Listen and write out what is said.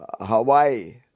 Hawaii